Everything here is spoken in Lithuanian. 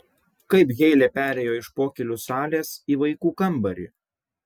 kaip heile perėjo iš pokylių salės į vaikų kambarį